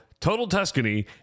TotalTuscany